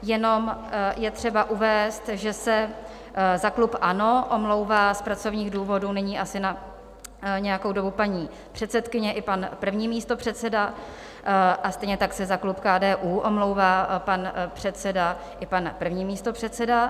Jenom je třeba uvést, že se za klub ANO omlouvá z pracovních důvodů nyní asi na nějakou dobu paní předsedkyně i pan první místopředseda a stejně tak se za klub KDU omlouvá pan předseda i pan první místopředseda.